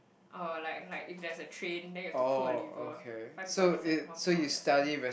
uh like like if there's a train then you have to pull a lever five people on one side one person is on the other side